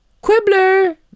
Quibbler